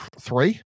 three